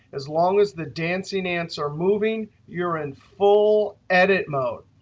as long as the dancing ants are moving, you're in full edit mode.